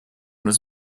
was